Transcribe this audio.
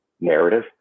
narrative